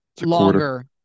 longer